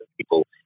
people